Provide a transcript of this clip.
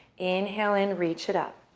inhale and reach it up.